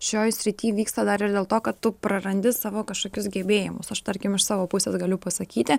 šioj srity vyksta dar ir dėl to kad tu prarandi savo kažkokius gebėjimus aš tarkim iš savo pusės galiu pasakyti